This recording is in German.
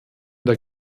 der